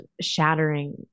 shattering